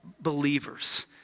believers